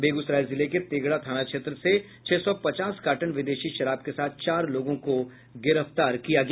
बेगूसराय जिले के तेघड़ा थाना क्षेत्र से छह सौ पचास कार्टन विदेशी शराब के साथ चार लोगों को गिरफ्तार किया गया